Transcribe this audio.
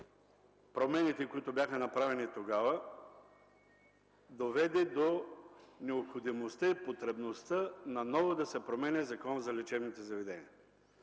промените, които бяха направени тогава, доведе до необходимостта и потребността отново да се променя Законът за лечебните заведения.